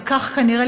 וכך כנראה,